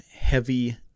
heavy